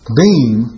beam